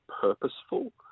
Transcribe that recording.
purposeful